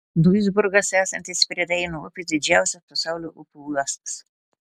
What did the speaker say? duisburgas esantis prie reino upės didžiausias pasaulio upių uostas